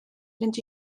fynd